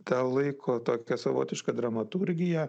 tą laiko tokią savotišką dramaturgiją